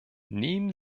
nehmen